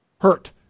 Hurt